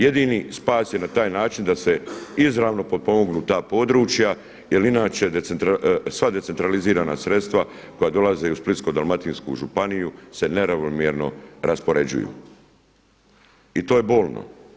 Jedini spas je na taj način da se izravno pomognu ta područja jel inače sva decentralizirana sredstva koja dolaze u Splitsko-dalmatinsku županiju se neravnomjerno raspoređuju i to je bolno.